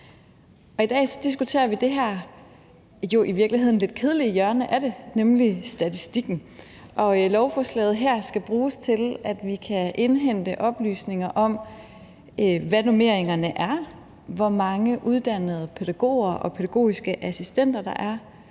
I dag diskuterer vi i virkeligheden et lidt kedeligt hjørne af det, nemlig statistikken. Lovforslaget her skal bruges til, at vi kan indhente oplysninger om, hvad normeringerne er, hvor mange uddannede pædagoger og pædagogiske assistenter der er,